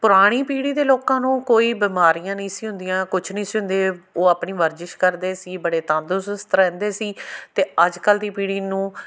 ਪੁਰਾਣੀ ਪੀੜ੍ਹੀ ਦੇ ਲੋਕਾਂ ਨੂੰ ਕੋਈ ਬਿਮਾਰੀਆਂ ਨਹੀਂ ਸੀ ਹੁੰਦੀਆਂ ਕੁਛ ਨਹੀਂ ਸੀ ਹੁੰਦਾ ਉਹ ਆਪਣੀ ਵਰਜਿਸ਼ ਕਰਦੇ ਸੀ ਬੜੇ ਤੰਦਰੁਸਸਤ ਰਹਿੰਦੇ ਸੀ ਅਤੇ ਅੱਜ ਕੱਲ੍ਹ ਦੀ ਪੀੜ੍ਹੀ ਨੂੰ